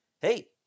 Hey